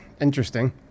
Interesting